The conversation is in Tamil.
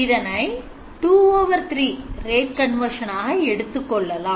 இதனை 2 3 rate conversion ஆக எடுத்துக் கொள்ளலாம்